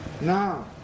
Now